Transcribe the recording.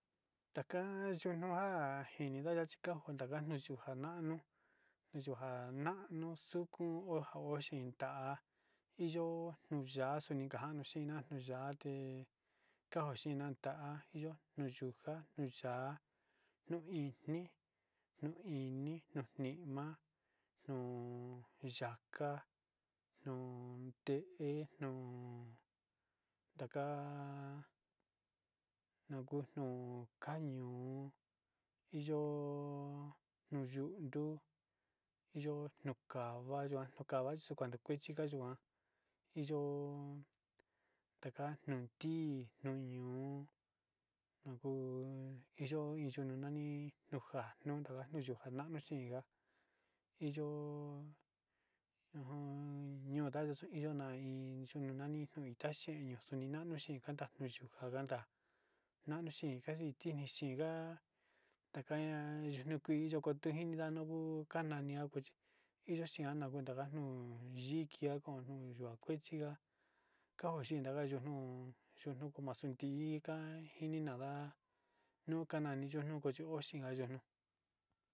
Ja ntaka`ayuyo in ve`eyo chi nu iyo in kuveta te tnao in ntute ja ki`i yika ve`e te sketna`ayo jin jaku ntute te kuvanoyo yuka te ntaka`ayo ve`eo.